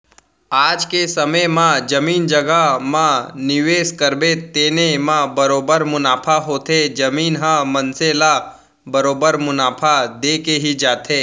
आज के समे म जमीन जघा म निवेस करबे तेने म बरोबर मुनाफा होथे, जमीन ह मनसे ल बरोबर मुनाफा देके ही जाथे